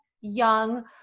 young